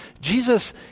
Jesus